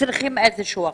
צריכים איזו שהיא הכשרה.